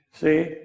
see